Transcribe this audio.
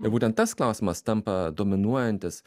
ir būtent tas klausimas tampa dominuojantis